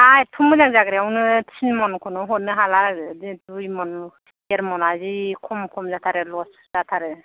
हा एर्थ मोजां जाग्रायावनो थिन मनखौनो हरनो हाला आरो देर दुइ मन देरमना जि खम खम जाथारो लस जाथारो